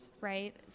right